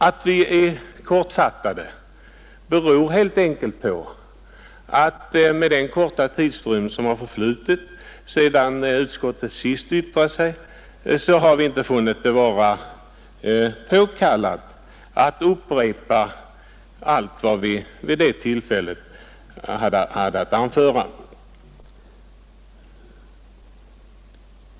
Att vi är kortfattade beror helt enkelt på att vi, med hänsyn till den korta tid som har förflutit sedan utskottet senast yttrat sig, inte har funnit det påkallat att upprepa allt vad vi då hade att anföra.